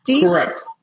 Correct